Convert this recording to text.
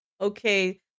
okay